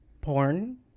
Porn